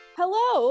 hello